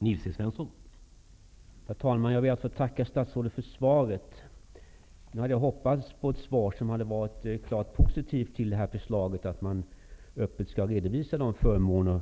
Herr talman! Jag tackar statsrådet för svaret. Jag hade dock hoppats på ett klart positivt svar till förslaget att öppet redovisa de förmåner